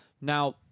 Now